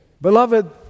Beloved